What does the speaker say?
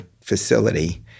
facility